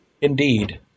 Indeed